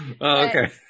Okay